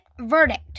verdict